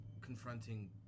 confronting